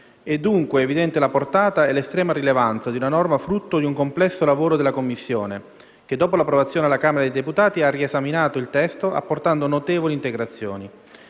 È dunque evidente la portata e l'estrema rilevanza di una norma frutto di un complesso lavoro della Commissione che, dopo l'approvazione alla Camera dei deputati, ha riesaminato il testo apportando notevoli integrazioni.